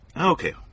okay